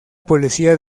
policía